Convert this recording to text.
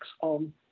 on